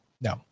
No